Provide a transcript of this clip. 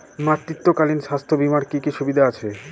মাতৃত্বকালীন স্বাস্থ্য বীমার কি কি সুবিধে আছে?